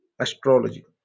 astrology